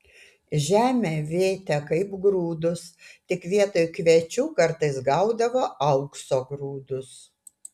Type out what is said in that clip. žemę vėtė kaip grūdus tik vietoj kviečių kartais gaudavo aukso grūdus